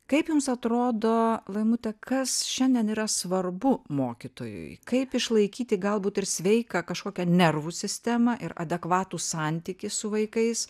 kaip jums atrodo laimute kas šiandien yra svarbu mokytojui kaip išlaikyti galbūt ir sveiką kažkokią nervų sistemą ir adekvatų santykį su vaikais